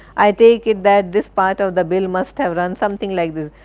i take it that this part of the bill must have run something like this.